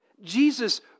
Jesus